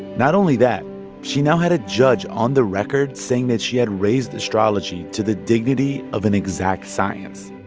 not only that she now had a judge on the record saying that she had raised astrology to the dignity of an exact science